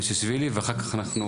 מושיאשבילי ואחר כך אנחנו